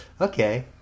Okay